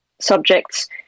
subjects